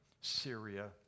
Syria